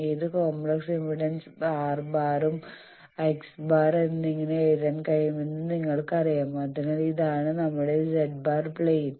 ഏത് കോംപ്ലക്സ് ഇംപെഡൻസും R⁻ബാർ x̄ ബാർ എന്നിങ്ങനെ എഴുതാൻ കഴിയുമെന്ന് നിങ്ങൾക്കറിയാം അതിനാൽ ഇതാണ് നമ്മുടെ z̄ പ്ലെയിൻ